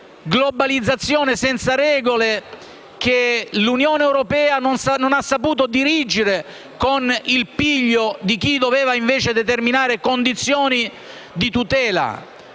globalizzazione senza regole che l'Unione europea non ha saputo dirigere con il piglio di chi doveva invece determinare condizioni di tutela.